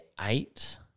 eight